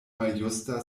maljusta